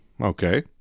okay